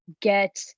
get